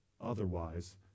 otherwise